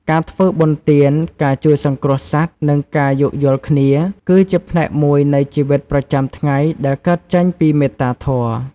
ការធ្វើបុណ្យទាន ការជួយសង្គ្រោះសត្វ និងការយោគយល់គ្នា គឺជាផ្នែកមួយនៃជីវិតប្រចាំថ្ងៃដែលកើតចេញពីមេត្តាធម៌។